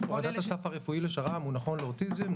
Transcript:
הורדת הסף הרפואי לשר"מ הוא נכון לאוטיזם,